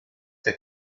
der